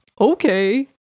okay